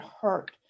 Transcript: hurt